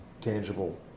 tangible